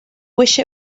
wish